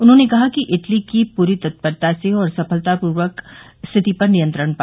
उन्होंने कहा कि इटली ने पूरी तत्परता से और सफलतापूर्वक स्थिति पर नियंत्रण किया